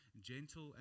Gentle